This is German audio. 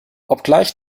obgleich